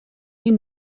die